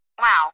Wow